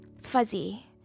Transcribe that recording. fuzzy